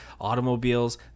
automobiles